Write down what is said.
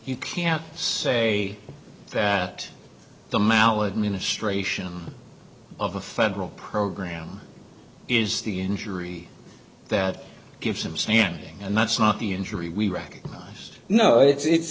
you can't say that the maladministration of a federal program is the injury that gives him standing and that's not the injury we recognize no it